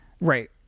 Right